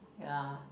ya